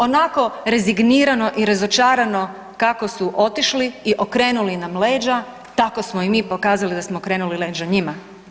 Onako rezignirano i razočarano kako su otišli i okrenuli im leđa tako smo i mi pokazali da smo okrenuli leđa njima.